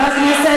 הרוצח,